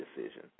decision